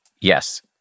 Yes